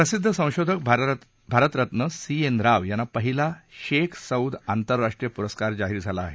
प्रसिद्ध संशोधक Bharat Ratna C N Rao यांना पहिला शेख सौद आंतरराष्ट्रीय पुरस्कार जाहीर झाला आहे